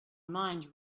mind